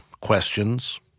questions